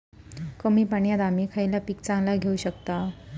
कमी पाण्यात आम्ही खयला पीक चांगला घेव शकताव?